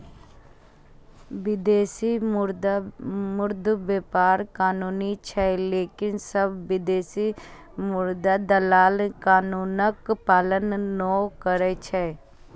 विदेशी मुद्रा व्यापार कानूनी छै, लेकिन सब विदेशी मुद्रा दलाल कानूनक पालन नै करै छै